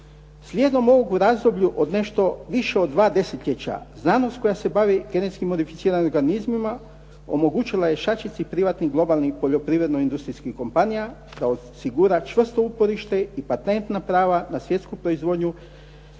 Slijedom ovog u razdoblju od nešto više od dva desetljeća, znanost koja se bavi genetski modificiranim organizmima, omogućila je šačici privatnih globalno poljoprivredno industrijskih kompanija, da osigura čvrsto uporište i patentna prava na svjetsku proizvodnju